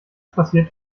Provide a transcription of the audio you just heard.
passiert